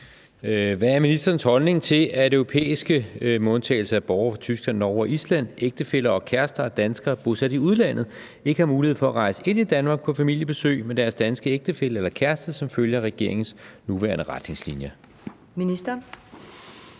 Hvad er ministerens holdning til, at europæiske (med undtagelse af borgere fra Tyskland, Norge og Island) ægtefæller og kærester af danskere bosat i udlandet ikke har mulighed for at rejse ind i Danmark på familiebesøg med deres danske ægtefælle eller kæreste som følge af regeringens nuværende retningslinjer? Første